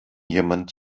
jemand